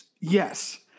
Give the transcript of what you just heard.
Yes